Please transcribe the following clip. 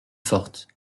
forte